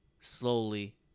slowly